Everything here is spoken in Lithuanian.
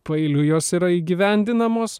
paeiliui jos yra įgyvendinamos